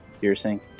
Piercing